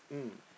mm